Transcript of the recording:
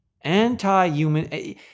anti-human